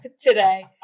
today